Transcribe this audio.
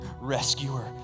rescuer